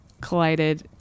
collided